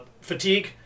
fatigue